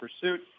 pursuit